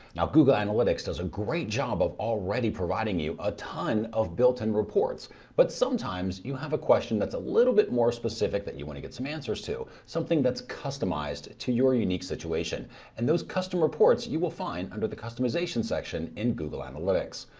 now google analytics does a great job of already providing you a ton of builtin reports but sometimes you have a question that's a little bit more specific that you want to get some answers to something that's customized to your unique situation and those custom reports you will find under the customization section in google analytics.